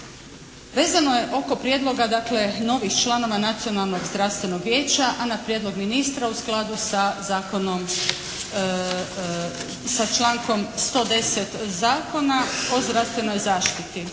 Vezano je oko prijedloga dakle novih članova Nacionalnog zdravstvenog vijeća, a na prijedlog ministra u skladu sa zakonom, sa člankom 110. Zakona o zdravstvenoj zaštiti